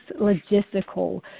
logistical